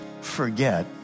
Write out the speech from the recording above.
forget